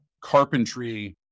carpentry